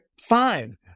Fine